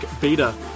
beta